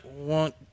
want